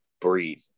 breathe